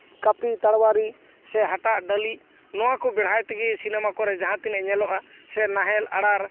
ᱠᱟᱹᱯᱤ ᱛᱟᱨᱣᱟᱲᱤ ᱥᱮ ᱦᱟᱴᱟᱜ ᱰᱟᱹᱞᱤᱡ ᱱᱚᱣᱟ ᱠᱚ ᱵᱮᱲᱦᱟᱭ ᱛᱮᱜᱮ ᱥᱤᱱᱮᱢᱟ ᱠᱚᱨᱮᱜ ᱡᱟᱦᱟᱸ ᱛᱤᱱᱟᱹᱜ ᱧᱮᱞᱚᱜᱼᱟ ᱱᱟᱦᱮᱞ ᱟᱬᱟᱨ